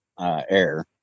air